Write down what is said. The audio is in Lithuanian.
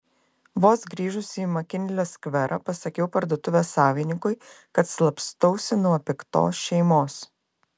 vos grįžusi į makinlio skverą pasakiau parduotuvės savininkui kad slapstausi nuo piktos šeimos